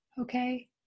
okay